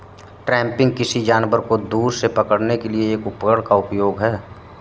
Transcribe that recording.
trapping, किसी जानवर को दूर से पकड़ने के लिए एक उपकरण का उपयोग है